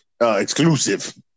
exclusive